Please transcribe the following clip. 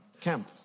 camp